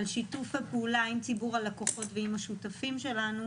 על שיתוף הפעולה עם ציבור הלקוחות ועם השותפים שלנו,